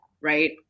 right